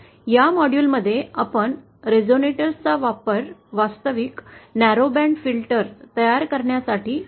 या मॉड्यूलमध्ये आपण त्या रेझोनिएटरचा वापर वास्तविक न्यारो बँड फिल्टर तयार करण्यासाठी करू